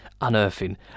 unearthing